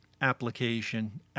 application